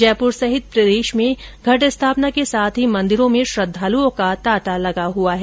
जयपुर सहित प्रदेश में घटेस्थापना के साथ ही मंदिरो में श्रद्धालुओ का तांता लगा हुआ है